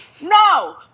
No